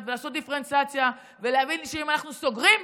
ולעשות דיפרנציאציה ולהבין שאם אנחנו סוגרים,